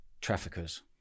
traffickers